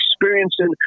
experiencing